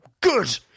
Good